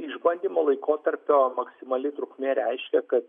išbandymo laikotarpio maksimali trukmė reiškia kad